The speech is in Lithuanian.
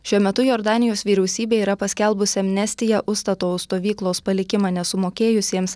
šiuo metu jordanijos vyriausybė yra paskelbusi amnestiją užstato už stovyklos palikimą nesumokėjusiems